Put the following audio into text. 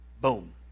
boom